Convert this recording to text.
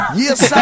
yes